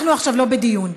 אנחנו עכשיו לא בדיון.